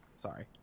Sorry